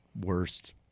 worst